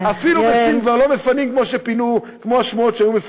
אפילו בסין לא מפנים כמו בשמועות שהיו,